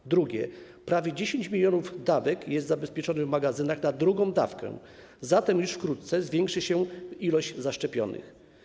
Po drugie, prawie 10 mln dawek jest zabezpieczonych w magazynach na drugą dawkę, zatem już wkrótce zwiększy się liczba zaszczepionych.